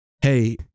hey